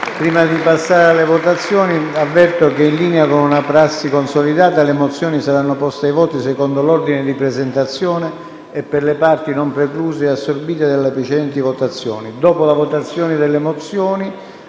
Prima di passare alla votazione, avverto che, in linea con una prassi consolidata, le mozioni saranno poste ai voti secondo l'ordine di presentazione e per le parti non precluse né assorbite da precedenti votazioni. Dopo la votazione delle mozioni,